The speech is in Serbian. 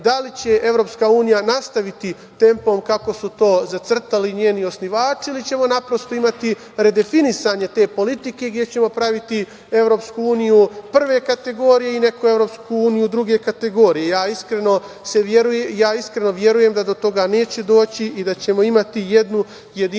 da li će EU nastaviti tempom kako su to zacrtali njeni osnivači, ili ćemo naprosto imati redefinisanje te politike gde ćemo praviti EU prve kategorije i neku EU druge kategorije? Iskreno verujem da do toga neće doći i da ćemo imati jednu jedinstvenu